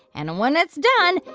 and when it's done,